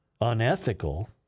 Unethical